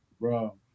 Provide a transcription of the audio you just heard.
bro